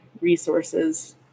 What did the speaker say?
resources